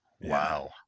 Wow